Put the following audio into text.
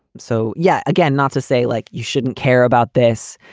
so, yeah, again, not to say like you shouldn't care about this.